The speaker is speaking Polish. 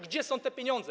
Gdzie są te pieniądze?